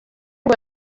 ngo